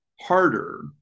harder